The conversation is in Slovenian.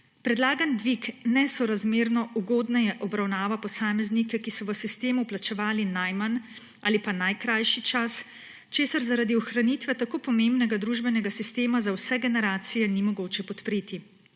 Predlagani dvig nesorazmerno ugodneje obravnava posameznike, ki so v sistem vplačevali najmanj ali pa najkrajši čas, česar zaradi ohranitve tako pomembnega družbenega sistema za vse generacije ni mogoče podpreti.